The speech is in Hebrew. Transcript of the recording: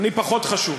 אני פחות חשוב.